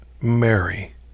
mary